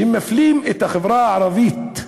שמפלים את החברה הערבית לרעה,